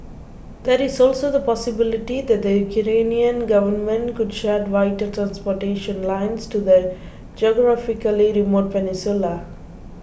that is also the possibility that the Ukrainian government could shut vital transportation lines to the geographically remote peninsula